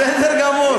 בסדר גמור.